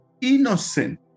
innocent